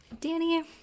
Danny